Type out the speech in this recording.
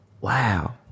wow